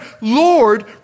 Lord